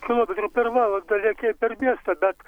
kilometrų per valandą lėkei per miestą bet